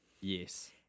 yes